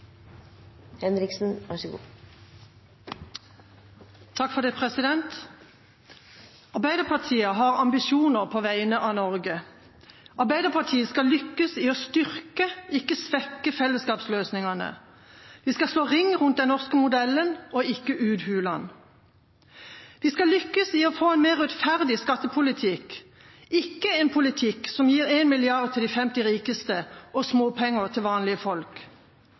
Arbeiderpartiet har ambisjoner på vegne av Norge. Arbeiderpartiet skal lykkes i å styrke, ikke svekke, fellesskapsløsningene. Vi skal slå ring rundt den norske modellen og ikke uthule den. Vi skal lykkes i å få en mer rettferdig skattepolitikk, ikke en politikk som gir 1 mrd. kr til de femti rikeste og småpenger til vanlige folk.